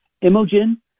Imogen